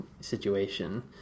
situation